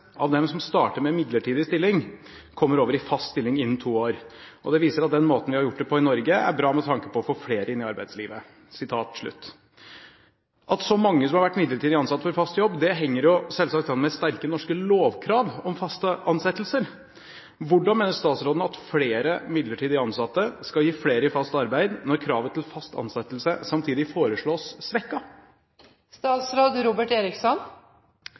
av dem som starter med en midlertidig stilling, kommer over i fast stilling innen to år. Det viser at den måten vi har gjort det på i Norge, er bra med tanke på å få flere inn i arbeidslivet.» At så mange som har vært midlertidig ansatt får fast jobb, henger selvsagt sammen med sterke norske lovkrav om faste ansettelser. Hvordan mener statsråden at flere midlertidig ansatte skal gi flere i fast arbeid når kravet til fast ansettelse samtidig foreslås